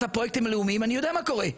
הפרויקטים הלאומיים אני יודע מה קורה.